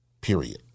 Period